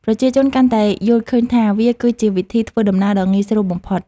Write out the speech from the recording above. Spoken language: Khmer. ប្រជាជនកាន់តែយល់ឃើញថា វាគឺជាវិធីធ្វើដំណើរដ៏ងាយស្រួលបំផុត។